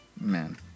man